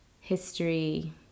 history